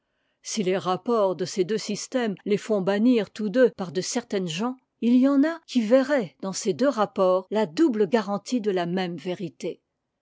si les rapports de ces deux systèmes les font bannir tous deux par de certaines gens il y en a qui verraient dans ces deux rapports la doubie garantie de la même vérité